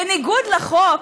בניגוד לחוק,